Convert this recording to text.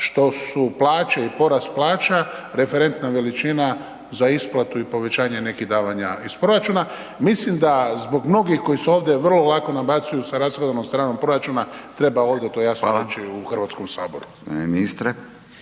što su plaće i porast plaća referentna veličina za isplatu i povećanje nekih davanja iz proračuna. Mislim da zbog mnogi koji se ovdje vrlo lako nabacuju sa rashodovnom stranom proračuna, treba ovdje to jasno reći u Hrvatskom saboru. **Radin,